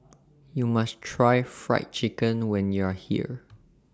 YOU must Try Fried Chicken when YOU Are here